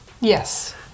Yes